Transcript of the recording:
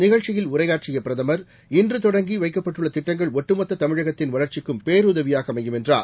நிகழ்ச்சியில் உரையாற்றிய பிரதமர் இன்று தொடங்கி வைக்கப்பட்டுள்ள திட்டங்கள் ஒட்டுமொத்த தமிழகத்தின் வளர்ச்சிக்கும் பேருதவியாக அமையும் என்றார்